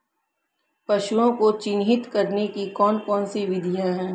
पशुओं को चिन्हित करने की कौन कौन सी विधियां हैं?